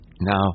now